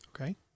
okay